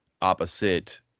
opposite